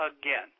again